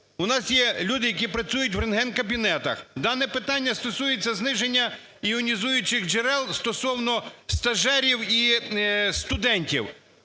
у нас люди, які працюють в рентгенкабінетах. Дане питання стосується зниження іонізуючих джерел стосовно стажерів і студентів.